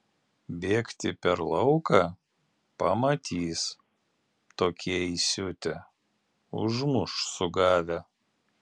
bėgti per lauką pamatys tokie įsiutę užmuš sugavę